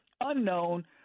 unknown